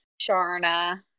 Sharna